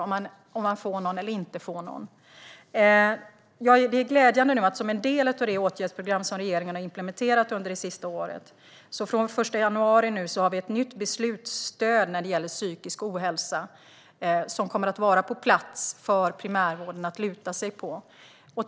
För att koppla tillbaka till Lotta Finstorps fråga kring detta är det glädjande att det, som en del av det åtgärdsprogram som regeringen har implementerat under det senaste året, från den 1 januari finns ett nytt beslutsstöd på plats för primärvården att luta sig emot när det gäller psykisk ohälsa.